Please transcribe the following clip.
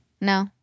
No